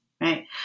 right